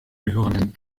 gehörenden